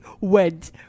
went